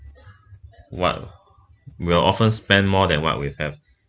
what we'll often spend more than what we have